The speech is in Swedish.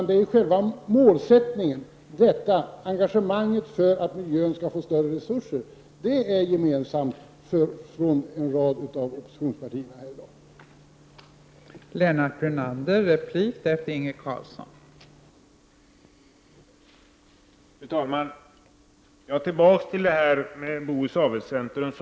Det är själva målsättningen och engagemanget för att miljön skall få bättre resurser som är gemensam hos en rad av oppositionspartierna här i dag.